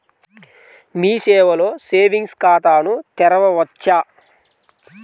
మీ సేవలో సేవింగ్స్ ఖాతాను తెరవవచ్చా?